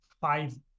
five